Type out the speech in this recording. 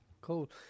Cool